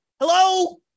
Hello